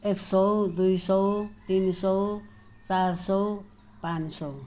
एक सौ दुई सौ तिन सौ चार सौ पाँच सौ